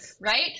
right